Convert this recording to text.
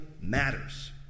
matters